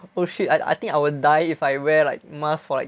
oh shit I I think I will die if I wear like mask for like